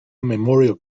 memorial